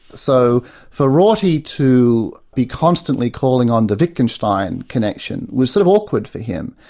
so for rorty to be constantly calling on the wittgenstein connection was sort of awkward for him.